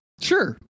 Sure